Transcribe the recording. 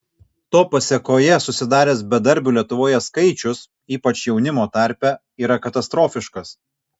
to pasėkoje susidaręs bedarbių lietuvoje skaičius ypač jaunimo tarpe yra katastrofiškas